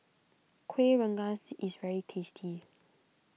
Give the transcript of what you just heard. Kueh Rengas is very tasty